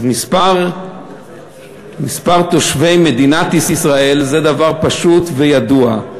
אז מספר תושבי מדינת ישראל זה דבר פשוט וידוע.